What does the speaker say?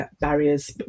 barriers